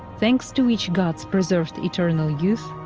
thanks to which gods preserved eternal youth,